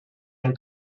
han